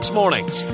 mornings